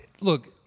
look